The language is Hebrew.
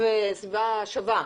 "סביבה שווה"